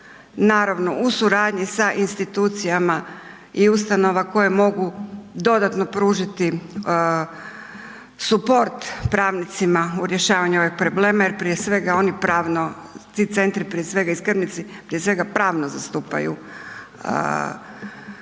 naravno u suradnji sa institucijama i ustanova koje mogu dodatno pružiti suport pravnicima u rješavanju ovih problema jer prije svega oni pravno, ti centri prije svega i skrbnici prije svega pravno zastupaju korisnike